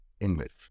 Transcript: English